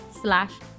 slash